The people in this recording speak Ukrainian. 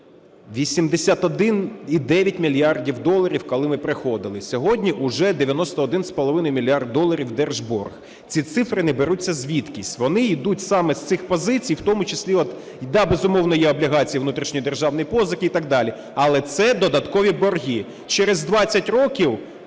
81,9 мільярда доларів, коли ми приходили. Сьогодні уже 91,5 мільярда доларів держборг. Ці цифри не беруться звідкись, вони йдуть саме з цих позицій, в тому числі… Да, безумовно, є облігації внутрішньої державної позики і так далі, але це додаткові борги. Через 20 років